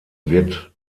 wird